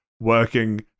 Working